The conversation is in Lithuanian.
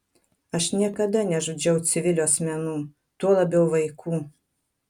aš niekada nežudžiau civilių asmenų tuo labiau vaikų